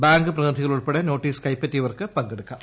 bank പ്രതിനിധികൾ ഉൾപ്പടെ notice കൈപ്പറ്റിയവർക്ക് പങ്കെടുക്കാം